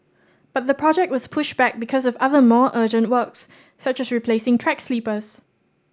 but the project was pushed back because of other more urgent works such as replacing track sleepers